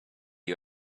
you